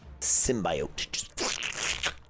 symbiote